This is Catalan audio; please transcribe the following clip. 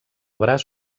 braç